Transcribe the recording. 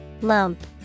Lump